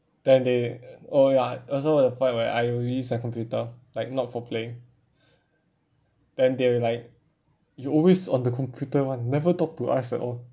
then they oh ya also the part where I will use my computer like not for play then they will like you always on the computer [one] never talk to us at all